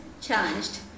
challenged